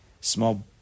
small